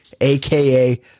AKA